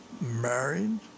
married